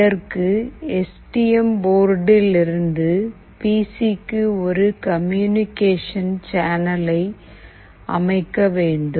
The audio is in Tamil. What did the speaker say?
இதற்கு எஸ் டி எம் போர்டில் இருந்து பி சி க்கு ஒரு கம்யூனிகேஷன் சேனலை அமைக்க வேண்டும்